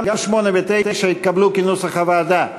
גם 8 ו-9 התקבלו כנוסח הוועדה.